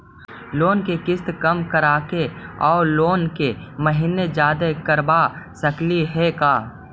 Loan के किस्त कम कराके औ लोन के महिना जादे करबा सकली हे का?